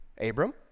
Abram